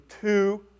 two